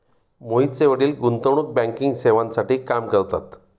मोहितचे वडील गुंतवणूक बँकिंग सेवांसाठी काम करतात